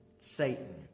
Satan